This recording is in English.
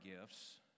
gifts